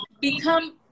become